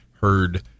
heard